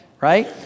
right